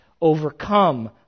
overcome